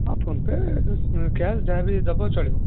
ହଁ PhonePe cash ଯାହା ବି ଦେବ ଚଳିବ